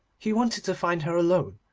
he wanted to find her alone,